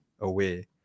away